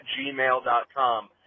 gmail.com